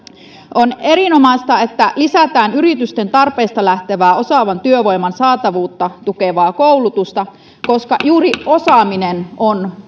on erinomaista että lisätään yritysten tarpeista lähtevää osaavan työvoiman saatavuutta tukevaa koulutusta koska juuri osaaminen on